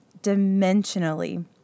dimensionally